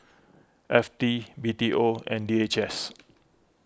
F T B T O and D H S